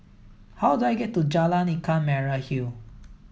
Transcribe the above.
how do I get to Jalan Ikan Merah Hill